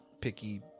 picky